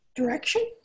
Direction